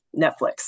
Netflix